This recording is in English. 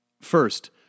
First